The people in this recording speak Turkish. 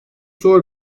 zor